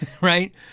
Right